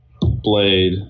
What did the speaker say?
blade